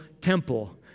temple